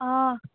آ